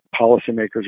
policymakers